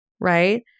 right